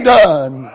done